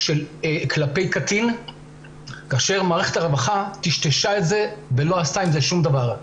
כלפי קטין כאשר מערכת הרווחה טשטשה את זה ולא עשתה עם זה שום דבר,